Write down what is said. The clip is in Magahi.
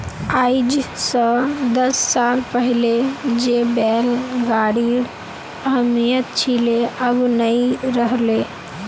आइज स दस साल पहले जे बैल गाड़ीर अहमियत छिले अब नइ रह ले